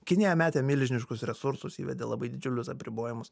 kinija metė milžiniškus resursus įvedė labai didžiulius apribojimus